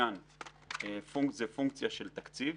זה פונקציה של תקציב.